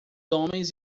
homens